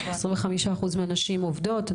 25 אחוזים מהנשים עובדות,